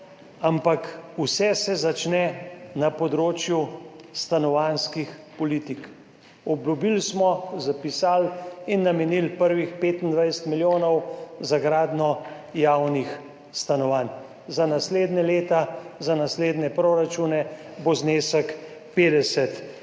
ampak vse se začne na področju stanovanjskih politik. Obljubili smo, zapisali in namenili prvih 25 milijonov za gradnjo javnih stanovanj. Za naslednja leta, za naslednje proračune bo znesek 50 milijonov.